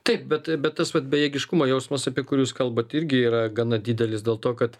taip bet bet tas vat bejėgiškumo jausmas apie kur jūs kalbat irgi yra gana didelis dėl to kad